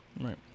Right